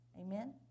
Amen